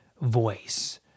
voice